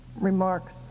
remarks